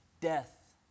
Death